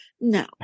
No